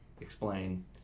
explain